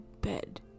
bed